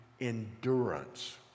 endurance